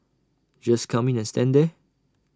just come in and stand there